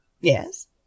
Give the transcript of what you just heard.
Yes